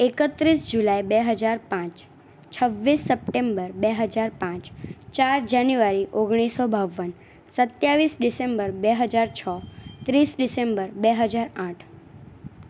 એકત્રીસ જુલાઇ બે હજાર પાંચ છવ્વીસ સપ્ટેમ્બર બે હજાર પાંચ ચાર જાન્યુઆરી ઓગણીસસો બાવન સત્યાવીસ ડિસેમ્બર બે હજાર છ ત્રીસ ડિસેમ્બર બે હજાર આઠ